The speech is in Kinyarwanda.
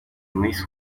miss